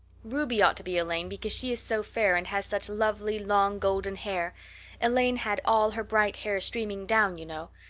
ruby ought to be elaine because she is so fair and has such lovely long golden hair elaine had all her bright hair streaming down you know.